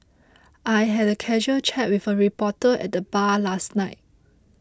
I had a casual chat with a reporter at the bar last night